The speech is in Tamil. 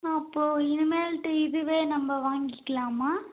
அப்போது இனிமேல்ட்டு இதுவே நம்ப வாங்கிக்கலாமா